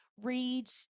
read